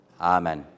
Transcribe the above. Amen